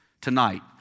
Tonight